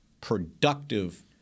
productive